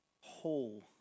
whole